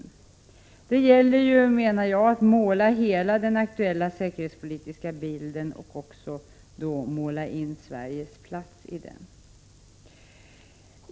Det gäller ju att måla hela den aktuella säkerhetspolitiska bilden, och då också Sveriges plats i den.